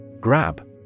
Grab